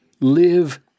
live